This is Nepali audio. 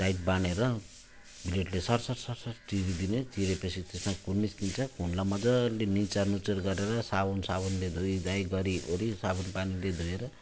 टाइट बाँधेर ब्लेडले सरसरसर् चिरिदिने चिरेपछि त्यसमा खुन निस्किन्छ खुनलाई मजाले निचारनुचुर गरेर साबुन साबुनले धोइधाइ गरी वरी साबुन पानीले धोएर